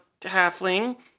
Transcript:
halfling